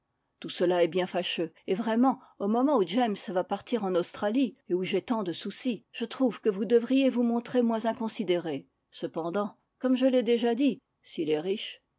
tout cela est bien fâcheux et vraiment au moment où james va partir en australie et où j'ai tant de soucis je trouve que vous devriez vous montrer moins inconsidérée cependant comme je l'ai déjà dit s'il est riche